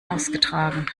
ausgetragen